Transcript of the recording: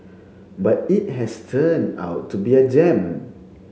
but it has turned out to be a gem